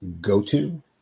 go-to